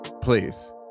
Please